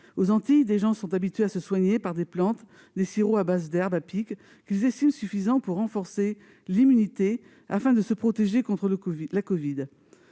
Aux Antilles, les gens sont habitués à se soigner par des plantes, avec des sirops à base d'herbes à pic, qu'ils estiment suffisants pour renforcer l'immunité contre la covid.